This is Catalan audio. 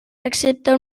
excepte